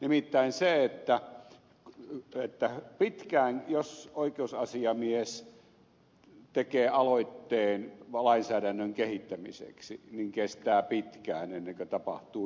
nimittäin se että mm heittää pitkään jos oikeusasiamies tekee aloitteen lainsäädännön kehittämiseksi niin kestää pitkään ennen kuin tapahtuu jotakin